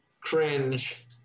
cringe